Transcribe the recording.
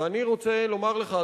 ואני רוצה לומר לך,